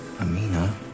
Amina